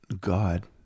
God